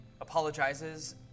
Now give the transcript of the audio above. Apologizes